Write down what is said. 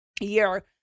year